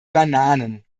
bananen